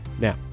Now